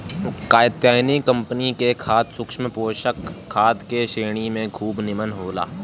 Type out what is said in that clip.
Katyayani company के खाद सूक्ष्म पोषक खाद का श्रेणी में खूब निमन होला